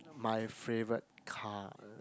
my favorite car